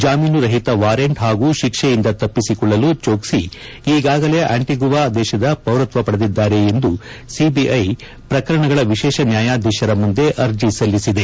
ಜಾಮೀನು ರಹಿತ ವಾರೆಂಟ್ ಹಾಗೂ ಶಿಕ್ಷೆಯಿಂದ ತಪ್ಪಿಸಿಕೊಳ್ಳಲು ಜೋಕ್ಷಿ ಈಗಾಗಲೇ ಆಂಟಿಗಾ ದೇಶದ ಪೌರತ್ವ ಪಡೆದಿದ್ದಾರೆ ಎಂದು ಸಿಬಿಐ ಪ್ರಕರಣಗಳ ವಿಶೇಷ ನ್ಲಾಯಾಧೀಶರ ಮುಂದೆ ಅರ್ಜಿ ಸಲ್ಲಿಸಿದೆ